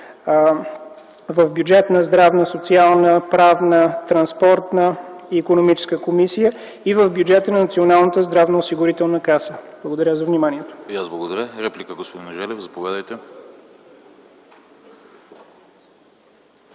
на Бюджетна, Здравна, Социална, Правна, Транспортна и Икономическа комисии и в бюджета на Националната здравноосигурителна каса. Благодаря за вниманието.